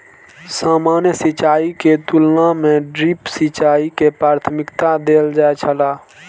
सामान्य सिंचाई के तुलना में ड्रिप सिंचाई के प्राथमिकता देल जाय छला